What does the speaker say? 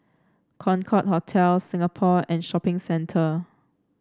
Concorde Hotel Singapore and Shopping Centre